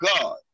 God